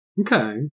Okay